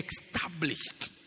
established